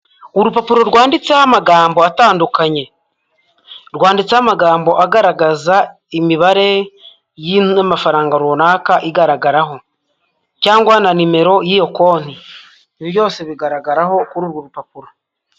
Urupapuro rwanditseho amagambo atandukanye. Rwanditseho amagambo agaragaza imibare n'amafaranga runaka igaragaraho cyangwa na nimero y'iyo konti. Ibi byose bigaragaraho kuri urwo rupapuro.